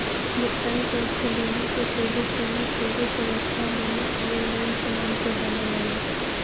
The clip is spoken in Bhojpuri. भुगतान सुरक्षा बीमा के क्रेडिट बीमा, क्रेडिट सुरक्षा बीमा आउर लोन के नाम से जानल जाला